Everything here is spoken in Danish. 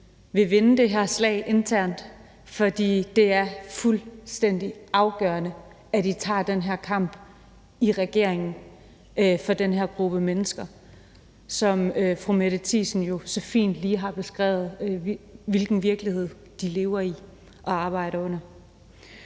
vil vinde det her slag internt, for det er fuldstændig afgørende, at I tager den her kamp i regeringen for den her gruppe mennesker, hvis virkelighed fru Mette Thiesen så fint har beskrevet de lever i og arbejde under.